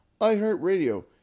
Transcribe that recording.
iHeartRadio